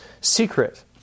secret